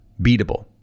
beatable